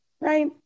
right